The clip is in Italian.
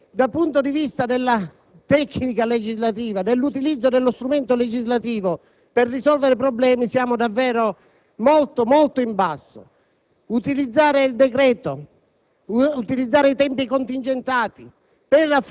Rilevo con profondo rammarico che, dal punto di vista della tecnica legislativa, dell'utilizzo dello strumento legislativo per risolvere problemi siamo davvero molto in basso. Utilizzando